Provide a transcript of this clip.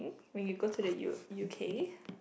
when you go to the U~ u_k